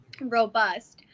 robust